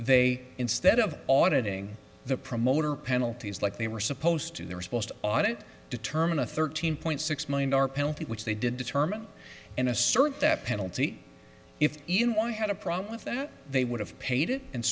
they instead of auditing the promoter penalties like they were supposed to they're supposed to audit determine a thirteen point six million dollar penalty which they did determine and assert that penalty if even one had a problem with that they would have paid it and